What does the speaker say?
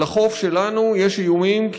על החוף שלנו יש איומים,